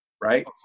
right